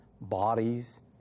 bodies